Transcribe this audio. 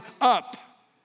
up